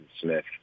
Smith